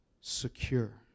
secure